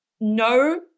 No